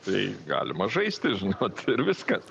tai galima žaisti žinot ir viskas